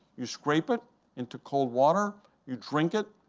you scrape it into cold water. you drink it,